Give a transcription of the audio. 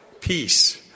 peace